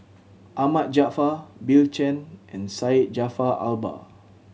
Ahmad Jaafar Bill Chen and Syed Jaafar Albar